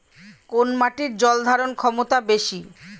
কোন মাটির জল ধারণ ক্ষমতা বেশি?